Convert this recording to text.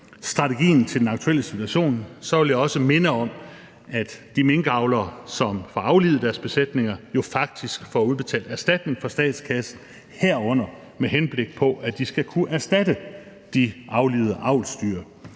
strategien til den aktuelle situation, vil jeg også minde om, at de minkavlere, som får aflivet deres besætninger, faktisk får udbetalt erstatning fra statskassen, herunder med henblik på at de skal kunne erstatte de aflivede alvsdyr.